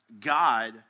God